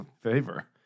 favor